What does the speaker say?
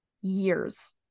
years